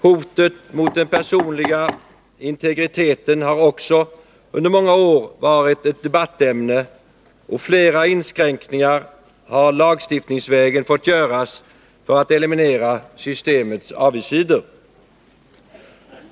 Hotet mot den personliga integriteten har också under många år varit ett debattämne, och man har lagstiftningsvägen fått göra flera inskränkningar för att eliminera systemets avigsidor.